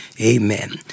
amen